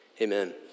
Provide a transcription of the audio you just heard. Amen